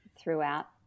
throughout